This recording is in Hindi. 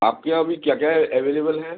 आपके यहाँ अभी क्या क्या एभलेबल है